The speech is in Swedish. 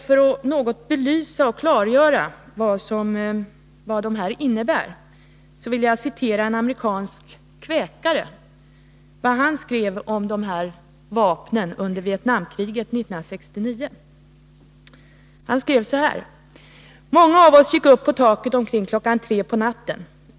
För att något belysa och klargöra vad dessa innebär vill jag citera vad en amerikansk kväkare skrev om dessa vapen under Vietnamkriget 1969. Han skriver: ”Många av oss gick upp på taket omkring kl. 3 på natten.